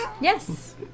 Yes